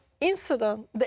incident